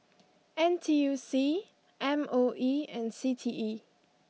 N T U C M O E and C T E